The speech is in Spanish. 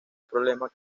problema